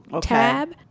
tab